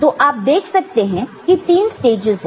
तो आप देख सकते हैं कि तीन स्टेजस है